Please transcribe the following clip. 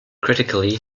critically